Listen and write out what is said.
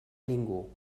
ningú